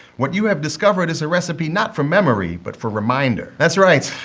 what you have discovered is a recipe not for memory, but for reminder. that's right.